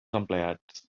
empleats